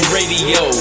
Radio